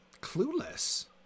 clueless